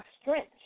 strength